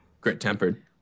grit-tempered